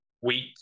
wheat